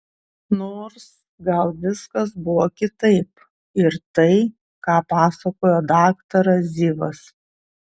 nors gal viskas buvo kitaip ir tai ką pasakojo daktaras zivas